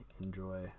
enjoy